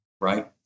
Right